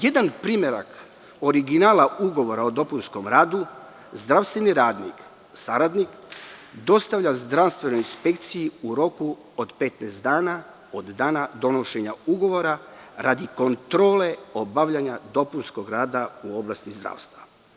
Jedan primerak originala ugovora o dopunskom radu zdravstveni radnik, saradnik dostavlja zdravstvenoj inspekciji u roku od 15 dana od dana donošenja ugovora, a radi kontrole obavljanja dopunskog rada u oblasti zdravstva.